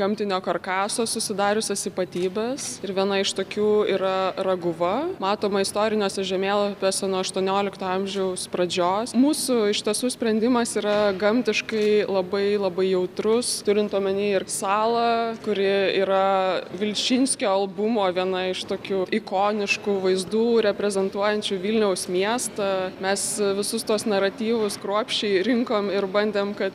gamtinio karkaso susidariusias ypatybes ir viena iš tokių yra raguva matoma istoriniuose žemėlapiuose nuo aštuoniolikto amžiaus pradžios mūsų iš tiesų sprendimas yra gamtiškai labai labai jautrus turint omeny ir salą kuri yra vilčinskio albumo viena iš tokių ikoniškų vaizdų reprezentuojančių vilniaus miestą mes visus tuos naratyvus kruopščiai rinkom ir bandėm kad